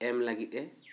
ᱮᱢ ᱞᱟᱹᱜᱤᱫ ᱮ